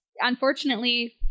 unfortunately